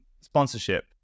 sponsorship